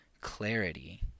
clarity